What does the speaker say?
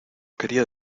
quería